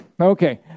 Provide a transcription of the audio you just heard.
Okay